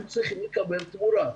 הם צריכים לקבל תמורה.